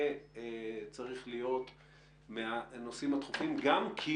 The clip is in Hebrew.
זה צריך להיות מהנושאים הדחופים גם כי